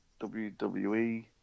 WWE